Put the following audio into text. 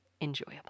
enjoyable